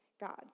God